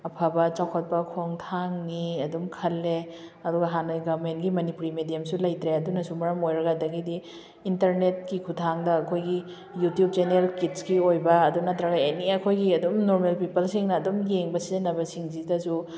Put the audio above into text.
ꯑꯐꯕ ꯆꯥꯎꯈꯠꯄ ꯈꯣꯡꯊꯥꯡꯅꯤ ꯑꯗꯨꯝ ꯈꯜꯂꯦ ꯑꯗꯨꯒ ꯍꯥꯟꯅꯒ ꯃꯦꯟꯂꯤ ꯃꯅꯤꯄꯨꯔꯤ ꯃꯤꯗꯤꯌꯝꯁꯨ ꯂꯩꯇ꯭ꯔꯦ ꯑꯗꯨꯅꯁꯨ ꯃꯔꯝ ꯑꯣꯏꯔꯒ ꯑꯗꯨꯗꯒꯤꯗꯤ ꯏꯟꯇꯔꯅꯦꯠꯀꯤ ꯈꯨꯊꯥꯡꯗ ꯑꯩꯈꯣꯏꯒꯤ ꯌꯨꯇꯨꯞ ꯆꯦꯟꯅꯦꯜ ꯀꯤꯠꯁꯀꯤ ꯑꯣꯏꯕ ꯑꯗꯨ ꯅꯠꯇ꯭ꯔꯒ ꯑꯦꯅꯤ ꯑꯩꯈꯣꯏꯒꯤ ꯑꯗꯨꯝ ꯅꯣꯔꯃꯦꯜ ꯄꯤꯄꯜꯁꯤꯡꯅ ꯑꯗꯨꯝ ꯌꯦꯡꯕ ꯁꯤꯖꯤꯟꯅꯕ ꯁꯤꯡꯁꯤꯗꯁꯨ